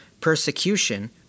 persecution